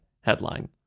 headline